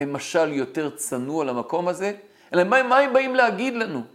הם משל יותר צנוע על המקום הזה? אלא מה הם באים להגיד לנו?